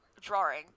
drawing